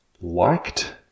liked